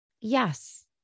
yes